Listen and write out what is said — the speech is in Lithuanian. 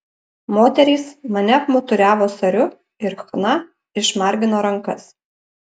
moterys mane apmuturiavo sariu ir chna išmargino rankas